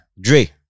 Dre